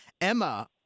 Emma